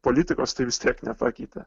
politikos tai vis tiek nepakeitė